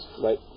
right